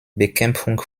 bekämpfung